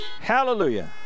Hallelujah